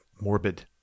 morbid